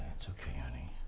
it's okay honey.